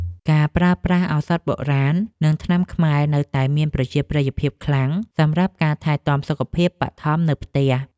ការប្រើប្រាស់ឱសថបុរាណ និងថ្នាំខ្មែរនៅតែមានប្រជាប្រិយភាពខ្លាំងសម្រាប់ការថែទាំសុខភាពបឋមនៅផ្ទះ។